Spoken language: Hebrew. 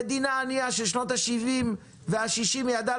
המדינה הענייה של שנות השבעים והשישים ידעה